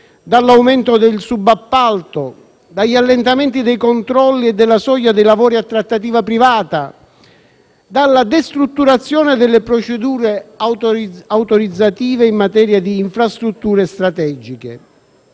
dall'aumento del subappalto, dagli allenamenti dei controlli e della soglia dei lavori a trattativa privata, dalla destrutturazione delle procedure autorizzative in materia di infrastrutture strategiche,